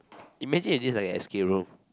imagine this is like an escape room